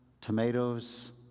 Tomatoes